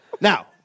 Now